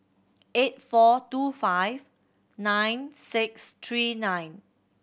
eight four two five nine six three nine